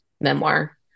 memoir